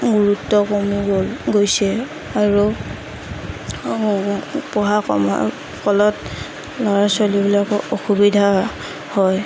গুৰুত্ব কমি গ'ল গৈছে আৰু পঢ়া কমাৰ ফলত ল'ৰা ছোৱালীবিলাকৰ অসুবিধা হয়